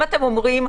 אם אתם אומרים,